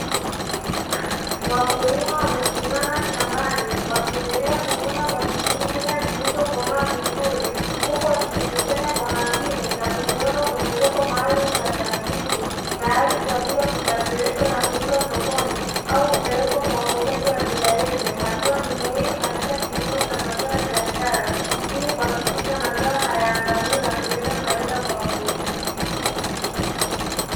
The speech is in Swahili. Wakulima wamesimama shambani wakiendelea kuvuna kwa bidii nyanya zilizo komaa vizuri, huku wakizikusanya kwa makini na kuziweka kwenye vyombo maalumu vya plastiki, tayari kwaajili ya kusafirishwa na kuuzwa sokoni au kupelekwa kwa wauzaji wa rejareja, hatua ni muhimu katika kilimo cha mazao ya biashara, ili kuhakikisha mazao hayaangamii na kuleta faida kwa wakulima.